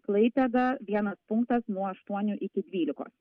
klaipėda vienas punktas nuo aštuonių iki dvylikos